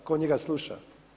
Tko njega sluša?